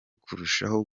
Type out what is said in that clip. kurushaho